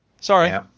Sorry